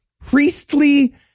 priestly